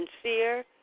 sincere